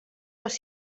les